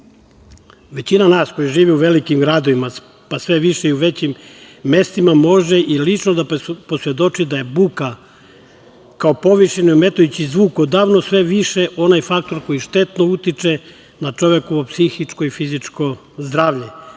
nas koji živimo u velikim gradovima, pa sve više i u većim mestima može i lično da posvedoči da je buka kao povišeni i ometajući zvuk odavno sve više onaj faktor koji štetno utiče na čovekovo psihičko i fizičko zdravlje,